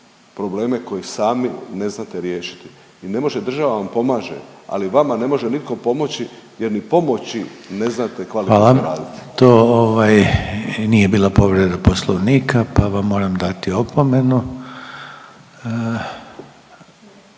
probleme koji sami ne znate riješiti i ne može država vam pomaže, ali vama ne može nitko pomoći jer ni pomoći ne znate kvalitetno graditi. **Reiner, Željko (HDZ)** Hvala. To ovaj, nije bila povreda Poslovnika pa vam moram dati opomenu.